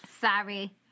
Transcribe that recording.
Sorry